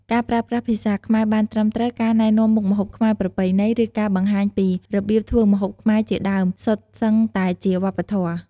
ការប្រើប្រាស់ភាសាខ្មែរបានត្រឹមត្រូវ ការណែនាំមុខម្ហូបខ្មែរប្រពៃណី ឬការបង្ហាញពីរបៀបធ្វើម្ហូបខ្មែរជាដើមសុទ្ធសឹងតែជាវប្បធម៌។